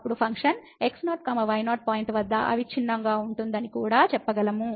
అప్పుడు function x0 y0 point వద్ద అవిచ్ఛిన్నంగా ఉంటుందని కూడా చెప్పగలను